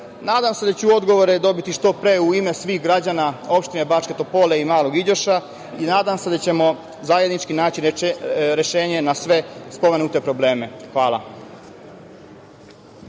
se da ću odgovore dobiti što pre u ime svih građana opštine Bačke Topole i Malog Iđoša i nadam se da ćemo zajednički naći rešenje na sve spomenute probleme. Hvala.